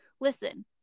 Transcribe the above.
listen